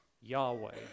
Yahweh